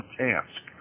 task